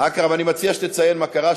אני מציע שתציין מה קרה,